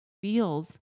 feels